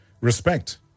respect